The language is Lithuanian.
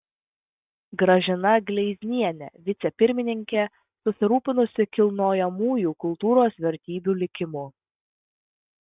gražina gleiznienė vicepirmininkė susirūpinusi kilnojamųjų kultūros vertybių likimu